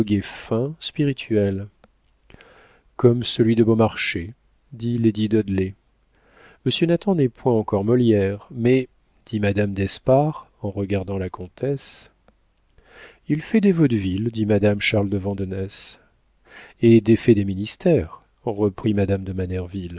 fin spirituel comme celui de beaumarchais dit lady dudley monsieur nathan n'est point encore molière mais dit madame d'espard en regardant la comtesse il fait des vaudevilles dit madame charles de vandenesse et défait des ministères reprit madame de